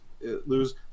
lose